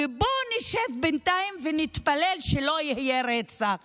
ובואו נשב בינתיים ונתפלל שלא יהיה רצח